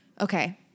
Okay